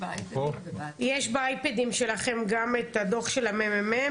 יש באייפדים שלכם גם את הדו"ח של ה-מ.מ.מ,